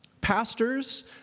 Pastors